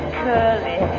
curly